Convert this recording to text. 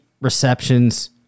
receptions